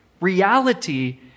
reality